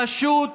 פשוט